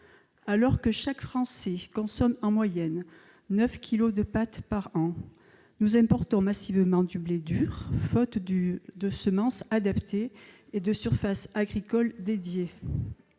Alors que chaque Français consomme en moyenne 9 kilos de pâtes par an, nous importons massivement du blé dur, faute de semences adaptées et de surfaces agricoles dédiées.